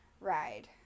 ride